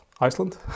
Iceland